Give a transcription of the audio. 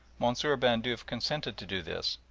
monsieur bandeuf consented to do this,